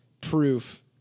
proof